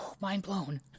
mind-blown